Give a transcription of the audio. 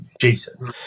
Jason